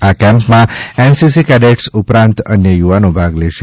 આ કેમ્પમાં NCC cadets ઉપરાંત અન્ય યુવાનો ભાગ લેશે